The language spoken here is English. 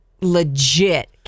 legit